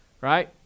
Right